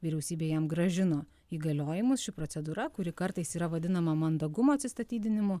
vyriausybė jam grąžino įgaliojimus ši procedūra kuri kartais yra vadinama mandagumo atsistatydinimu